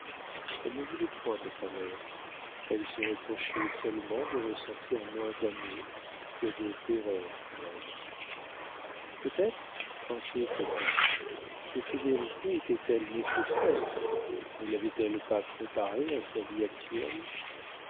elle n'en voulait point à sa mère elle se reprochait seulement de ressentir moins d'amour que de terreur pour elle peut-être pensait cet ange ces sévérités étaient-elles nécessaires ne lavaient elles pas préparée à sa vie actuelle